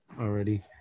already